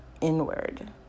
inward